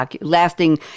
lasting